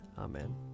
Amen